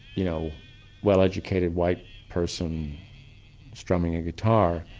you know well-educated white person strumming a guitar,